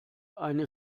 eine